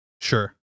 Sure